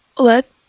let